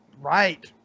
right